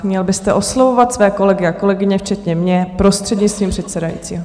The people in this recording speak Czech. Měl byste oslovovat své kolegy a kolegyně, včetně mě, prostřednictvím předsedajícího.